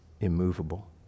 immovable